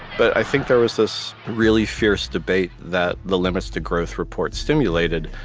but i think there was this really fierce debate that the limits to growth report stimulated,